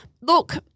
look